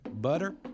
Butter